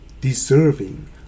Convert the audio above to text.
deserving